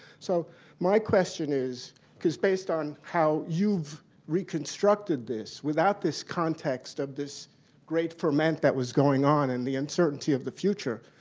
so my question is because based on how you've reconstructed this, without this context of this great ferment that was going on and this uncertainty of the future